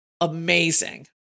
amazing